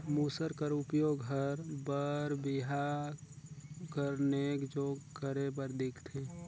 मूसर कर उपियोग हर बर बिहा कर नेग जोग करे बर दिखथे